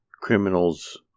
Criminals